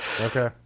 Okay